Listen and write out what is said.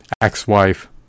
ex-wife